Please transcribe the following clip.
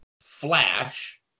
Flash